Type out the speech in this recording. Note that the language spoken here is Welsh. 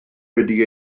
wedi